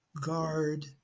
guard